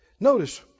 Notice